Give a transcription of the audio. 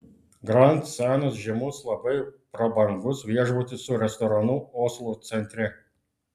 grand senas žymus labai prabangus viešbutis su restoranu oslo centre